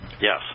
Yes